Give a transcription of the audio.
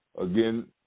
again